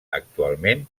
actualment